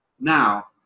Now